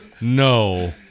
no